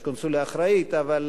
ודאי קונסוליה אחראית, אזורית.